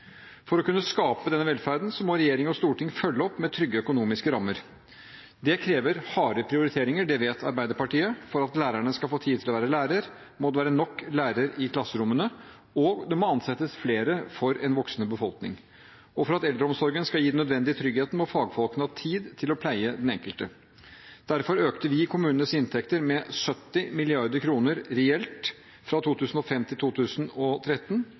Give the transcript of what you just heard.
For å kunne skape denne velferden må regjering og storting følge opp med trygge økonomiske rammer. Det krever harde prioriteringer. Det vet Arbeiderpartiet. For at lærerne skal få tid til å være lærer, må det være nok lærere i klasserommene, og det må ansettes flere for en voksende befolkning. For at eldreomsorgen skal gi den nødvendige tryggheten, må fagfolkene ha tid til å pleie den enkelte. Derfor økte vi kommunenes inntekter med 70 mrd. kr reelt, fra 2005 til 2013,